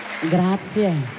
Grazie